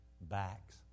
backs